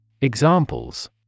Examples